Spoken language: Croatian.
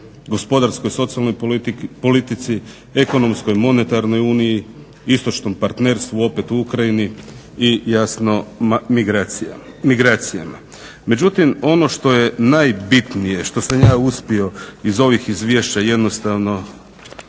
gospodarskoj i socijalnoj politici, ekonomskoj i monetarnoj uniji, istočnom partnerstvu, opet u Ukrajini i jasno migracijama. Međutim, ono što je najbitnije, što sam ja uspio iz ovih izvješća jednostavno